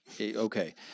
Okay